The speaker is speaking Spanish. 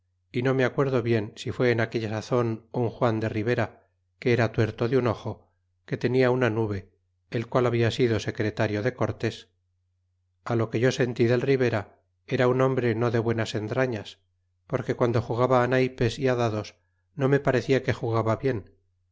y no me acuerdo bien si fué en aquella sazon un juan de ribera que era tuerto de un ojo que tenia una nube el qual habla sido secretario de cortés lo que yo sentí del ribera era un hombre no de buenas entra ñ as porque guando jugaba naypes é dados no me parecia que jugaba bien